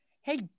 hey